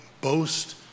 boast